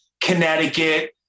Connecticut